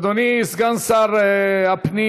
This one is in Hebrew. אדוני סגן שר הפנים